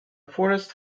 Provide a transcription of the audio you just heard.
forest